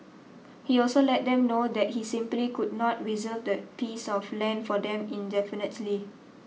he also let them know that he simply could not reserve that piece of land for them indefinitely